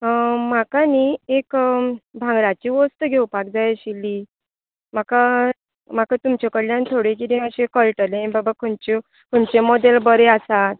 म्हाका नी एक भांगराची वस्त घेवपाक जाय आशिल्ली म्हाका म्हाका तुमचे कडल्यान थोडी कितें अशें कळटलें बाबा खंयचे खंयचे मोडॅल बरे आसात